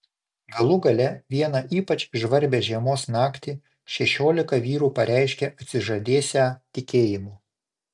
galų gale vieną ypač žvarbią žiemos naktį šešiolika vyrų pareiškė atsižadėsią tikėjimo